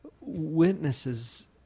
witnesses